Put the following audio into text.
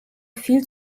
viel